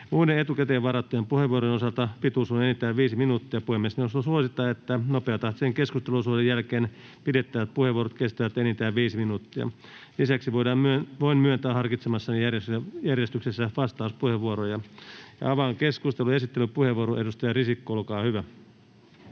Muiden etukäteen varattujen puheenvuorojen pituus on enintään viisi minuuttia. Puhemiesneuvosto suosittaa, että myös nopeatahtisen keskusteluosuuden jälkeen pidettävät puheenvuorot kestävät enintään viisi minuuttia. Lisäksi voin myöntää harkitsemassani järjestyksessä vastauspuheenvuoroja. — Avaan keskustelun. Esittelypuheenvuoro, edustaja Risikko, olkaa hyvä.